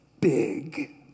Big